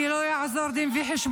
כי לא יעזור דין וחשבון,